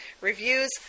Reviews